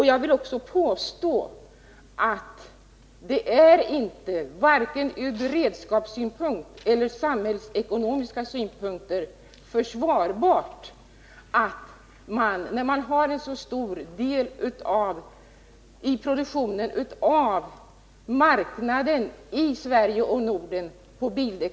Jag vill också påstå att det, med tanke på att Goodyear i Norrköping har så stor del av bildäcksmarknaden i Sverige och Norden över huvud taget.